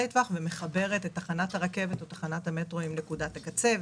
טווח שמחברים את תחנת הרכבת לתחנות המטרו עם נקודת הקצה.